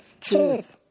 Truth